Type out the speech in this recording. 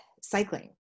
cycling